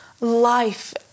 life